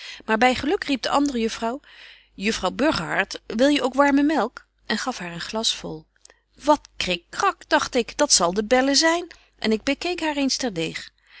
by geluk riep de andere juffrouw juffrouw burgerhart wil je ook warme melk en gaf haar een glas vol wat krik krak dagt ik dat zal de belle zyn en ik bekeek haar eens terdeeg